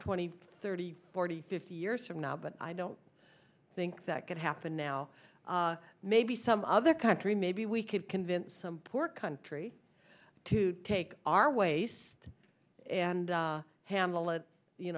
twenty thirty forty fifty years from now but i don't think that could happen now maybe some other country maybe we could convince some poor country to take our waste and hamlet you